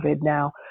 now